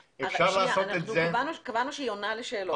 -- קבענו שהיא עונה לשאלות.